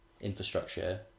infrastructure